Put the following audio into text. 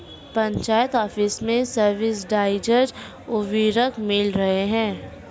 panchayat office में subsidised उर्वरक मिल रहे हैं